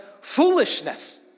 foolishness